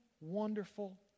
wonderful